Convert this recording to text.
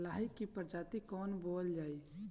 लाही की कवन प्रजाति बोअल जाई?